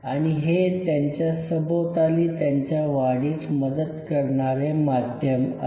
आणि हे त्यांच्या सभोवताली त्यांच्या वाढीस मदत करणारे माध्यम आहे